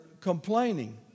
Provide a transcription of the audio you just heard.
complaining